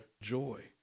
joy